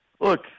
Look